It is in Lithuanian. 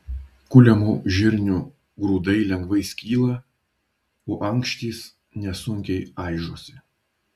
kuliamų žirnių grūdai lengvai skyla o ankštys nesunkiai aižosi